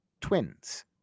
twins